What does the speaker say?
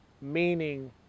meaning